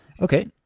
Okay